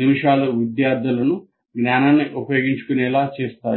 నిమిషాలు విద్యార్థులను జ్ఞానాన్ని ఉపయోగించుకునేలా చేస్తాయి